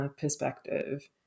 perspective